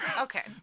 Okay